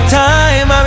time